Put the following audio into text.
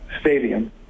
Stadium